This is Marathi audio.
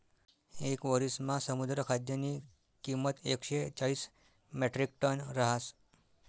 येक वरिसमा समुद्र खाद्यनी किंमत एकशे चाईस म्याट्रिकटन रहास